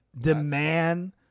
demand